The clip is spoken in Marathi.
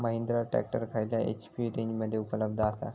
महिंद्रा ट्रॅक्टर खयल्या एच.पी रेंजमध्ये उपलब्ध आसा?